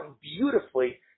beautifully